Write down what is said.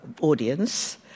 audience